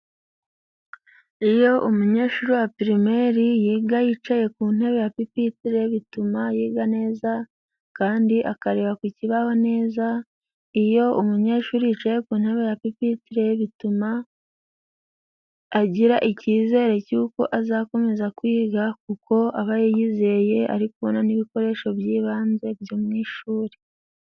Iyo umunyeshuri wa pirimere yiga yicaye ku ntebe ya pipiteri, bituma yiga neza kandi akareba ku kibaho neza. Iyo umunyeshuri yicaye ku ntebe ya pipiteri, bituma agira icyizere cy'uko azakomeza kwiga kuko aba yiyizeye ari kubona n'ibikoresho by'ibanze byo mu ishuri.